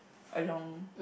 along